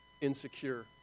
insecure